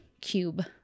cube